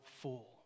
full